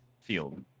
field